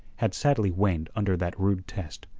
had sadly waned under that rude test.